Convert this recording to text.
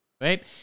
Right